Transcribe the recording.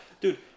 Dude